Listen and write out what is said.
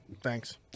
Thanks